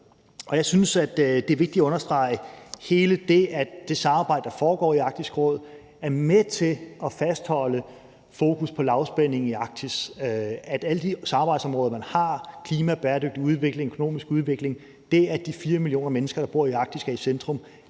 jeg synes, at det er vigtigt at understrege hele det, at det samarbejde, der foregår i Arktisk Råd, er med til at fastholde fokus på lavspænding i Arktis, sådan at alle de samarbejdsområder, man har – klima, bæredygtig udvikling, økonomisk udvikling og det, at de 4 millioner mennesker, der bor i Arktis, er i centrum